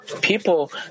People